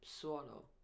Swallow